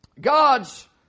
God's